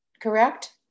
correct